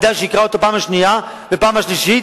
כדאי שיקרא אותו בפעם השנייה ובפעם השלישית,